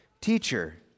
Teacher